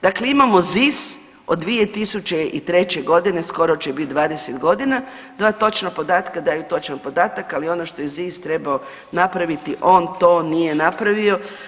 Dakle, imamo ZIS od 2003. godine skoro će biti 20 godina, dva točna podatka daju točan podatak, ali ono što je ZIS trebao napraviti on to nije napravio.